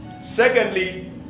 Secondly